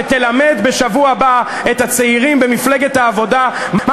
שתלמד בשבוע הבא את הצעירים במפלגת העבודה מה